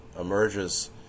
emerges